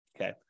Okay